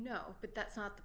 no but that's not